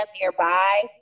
nearby